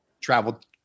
traveled